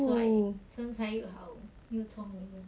帅身材又好又聪明